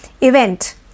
event